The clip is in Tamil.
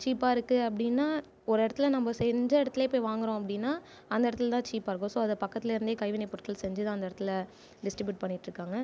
சீப்பாகருக்கு அப்படின்னா ஒரெடத்தில் நம்ப செஞ்ச இடத்துலயே போய் வாங்குறோம் அப்படின்னா அந்த இடத்துல தான் சீப்பாக இருக்கும் ஸோ அதை பக்கத்தில் இருந்தே கைவினை பொருட்கள் செஞ்சுதான் அந்த இடத்துல டிஸ்ட்ரிபியூட் பண்ணிடிருக்காங்க